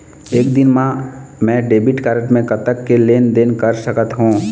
एक दिन मा मैं डेबिट कारड मे कतक के लेन देन कर सकत हो?